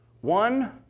One